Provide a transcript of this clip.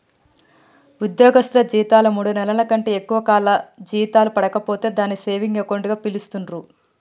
ఉద్యోగస్తులు జీతాలు మూడు నెలల కంటే ఎక్కువ కాలం జీతాలు పడక పోతే దాన్ని సేవింగ్ అకౌంట్ గా పిలుస్తాండ్రు